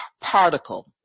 particle